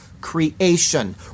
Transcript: creation